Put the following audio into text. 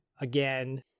again